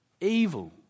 evil